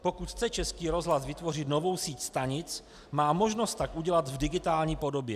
Pokud chce Český rozhlas vytvořit novou síť stanic, má možnost tak udělat v digitální podobě.